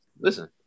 listen